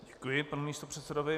Děkuji panu místopředsedovi.